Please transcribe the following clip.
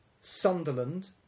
Sunderland